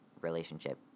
relationship